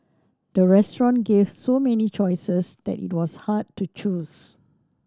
the restaurant gave so many choices that it was hard to choose